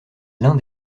l’un